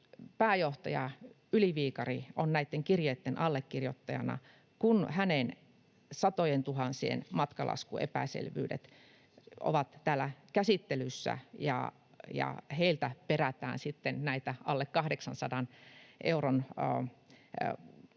pääjohtaja Yli-Viikari on näitten kirjeiden allekirjoittajana, kun hänen satojentuhansien matkalaskuepäselvyytensä ovat täällä käsittelyssä ja heiltä perätään sitten alle 800 euron vaalikulujen